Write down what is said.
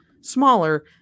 smaller